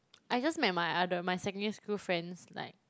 I just met my other my secondary school friends like